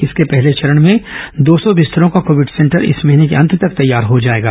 इसके पहले चरण में दो सौ बिस्तर्रो का कोविड सेंटर इस महीने के अंत तक तैयार हो जाएगा